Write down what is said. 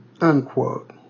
unquote